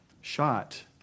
shot